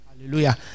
Hallelujah